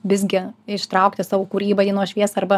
visgi ištraukti savo kūrybą į dienos šviesą arba